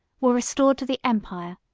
were restored to the empire,